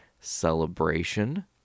celebration